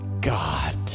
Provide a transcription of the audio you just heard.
God